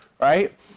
right